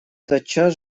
тотчас